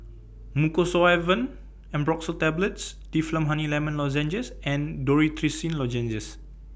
Mucosolvan Ambroxol Tablets Difflam Honey Lemon Lozenges and Dorithricin Lozenges